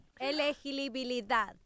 Elegibilidad